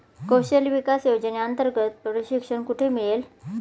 कौशल्य विकास योजनेअंतर्गत प्रशिक्षण कुठे मिळेल?